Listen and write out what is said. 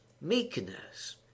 meekness